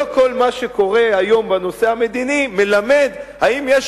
לא כל מה שקורה היום בנושא המדיני מלמד אם יש